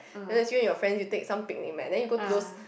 then just you and your friends you take some picnic mat then you go to those